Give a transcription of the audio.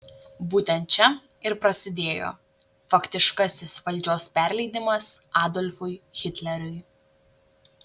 būtent čia ir prasidėjo faktiškasis valdžios perleidimas adolfui hitleriui